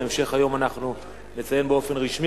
בהמשך היום אנחנו נציין באופן רשמי.